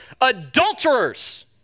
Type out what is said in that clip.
adulterers